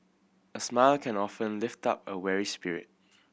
a smile can often lift up a weary spirit